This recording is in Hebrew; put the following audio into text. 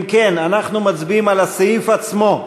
אם כן, אנחנו מצביעים על הסעיף עצמו,